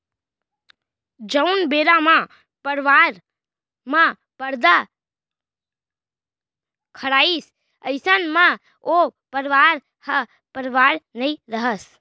जउन बेरा म परवार म परदा खड़ाइस अइसन म ओ परवार ह परवार नइ रहय